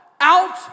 out